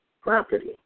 property